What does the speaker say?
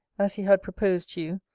as he had proposed to you,